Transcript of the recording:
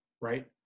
right